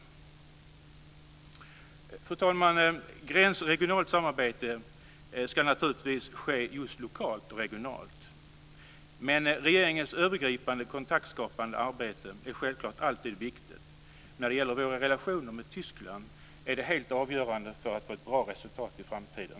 Fru talman! Gränsregionalt samarbete ska naturligtvis ske just lokalt och regionalt, men regeringens övergripande kontaktskapande arbete är självklart alltid viktigt. När det gäller våra relationer med Tyskland är det helt avgörande för att få ett bra resultat i framtiden.